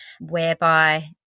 whereby